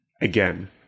again